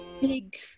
big